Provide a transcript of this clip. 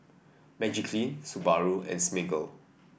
Magiclean Subaru and Smiggle